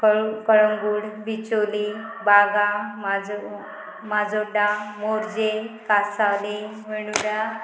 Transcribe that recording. कळू कळंगूट बिचोली बागा माजो माजोड्डा मोर्जे कासावली मंडूरा